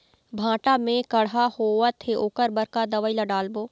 भांटा मे कड़हा होअत हे ओकर बर का दवई ला डालबो?